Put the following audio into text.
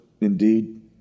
indeed